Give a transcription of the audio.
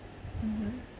mmhmm